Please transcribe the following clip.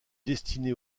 destiné